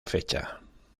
fecha